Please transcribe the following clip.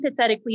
empathetically